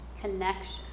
connection